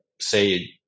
say